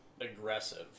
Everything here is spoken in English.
aggressive